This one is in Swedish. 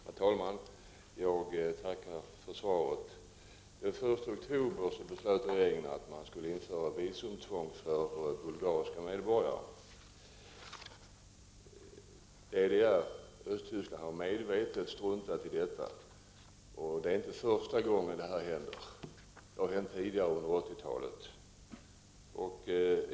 Herr talman! Jag tackar utrikesministern för svaret. Regeringen beslöt den 1 oktober att införa visumtvång för bulgariska medborgare. Man har i DDR, Östtyskland, medvetet struntat i detta. Det är inte första gången sådant händer. Det har skett tidigare under 1980-talet.